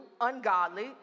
ungodly